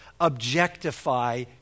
objectify